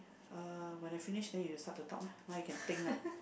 uh when I finish then you start to talk lah now you can think lah